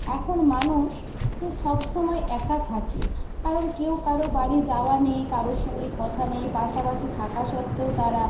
এখন মানুষ সবসময় একা থাকে কারণ কেউ কারও বাড়ি যাওয়া নেই কারোর সঙ্গে কথা নেই পাশাপাশি থাকা সত্ত্বেও তারা